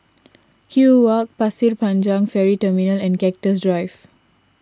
Kew Walk Pasir Panjang Ferry Terminal and Cactus Drive